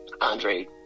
Andre